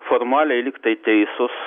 formaliai lyg tai teisus